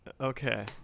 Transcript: okay